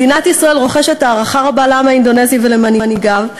מדינת ישראל רוחשת הערכה רבה לעם האינדונזי ולמנהיגיו.